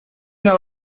una